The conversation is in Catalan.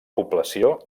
població